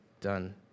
done